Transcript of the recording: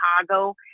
Chicago